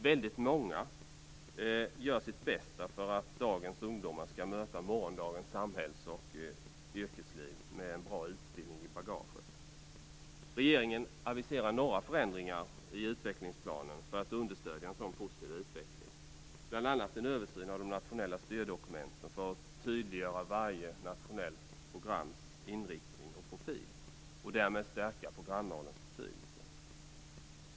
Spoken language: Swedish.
Väldigt många gör sitt bästa för att dagens ungdomar skall möta morgondagens samhälls och yrkesliv med en bra utbildning i bagaget. Regeringen aviserar några förändringar i utvecklingsplanen för att understödja en sådan positiv utveckling, bl.a. en översyn av de nationella styrdokumenten för att tydliggöra varje nationellt programs inriktning och profil och därmed stärka programvalens betydelse.